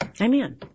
Amen